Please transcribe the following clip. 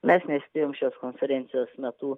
mes nespėjom šios konferencijos metu